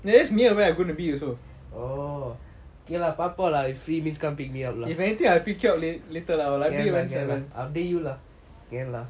that's near where I'm gonna be also if anything I will pick you up later lah அப்பிடியே செல்வேன்:apidiyae selven